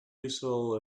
useful